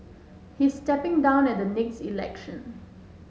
he is stepping down at the next election